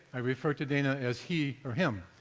i refer to dana as he or him,